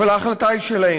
אבל ההחלטה היא שלהם.